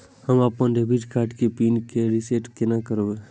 हम अपन debit card के पिन के रीसेट केना करब?